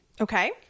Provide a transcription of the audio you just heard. Okay